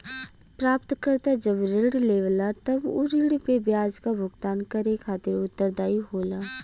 प्राप्तकर्ता जब ऋण लेवला तब उ ऋण पे ब्याज क भुगतान करे खातिर उत्तरदायी होला